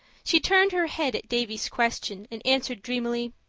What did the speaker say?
she turned her head at davy's question and answered dreamily,